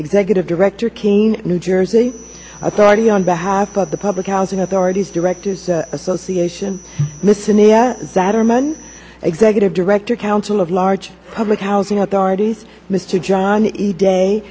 executive director kean new jersey authority on behalf of the public housing authorities directors association mrs sater man executive director council of large public housing authorities mr john day